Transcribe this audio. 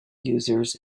users